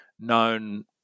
known